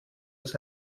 aus